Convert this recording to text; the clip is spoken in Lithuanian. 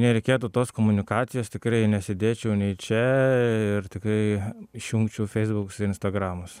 nereikėtų tos komunikacijos tikrai nesėdėčiau nei čia ir tikrai išjungčiau feisbukus instagramus